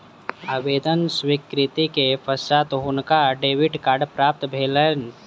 आवेदन स्वीकृति के पश्चात हुनका डेबिट कार्ड प्राप्त भेलैन